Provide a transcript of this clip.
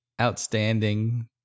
outstanding